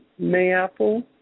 Mayapple